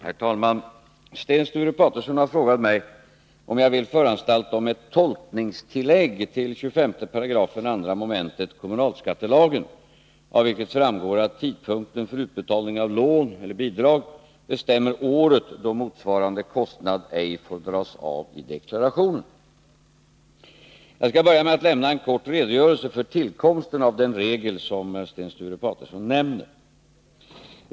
Herr talman! Sten Sture Paterson har frågat mig om jag vill föranstalta om ett tolkningstillägg till 25 § 2 mom. kommunalskattelagen av vilket framgår att tidpunkten för utbetalningen av lån/bidrag bestämmer året då motsvarande kostnad ej får dras av i deklarationen. Jag skall börja med att lämna en kort redogörelse för tillkomsten av den regel som Sten Sture Paterson nämner.